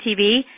TV